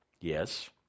Yes